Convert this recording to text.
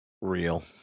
Real